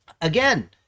Again